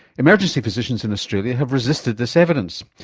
emergency physicians in australia have resisted this evidence.